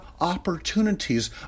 opportunities